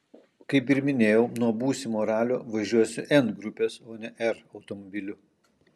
kaip ir minėjau nuo būsimo ralio važiuosiu n grupės o ne r automobiliu